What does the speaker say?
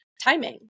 timing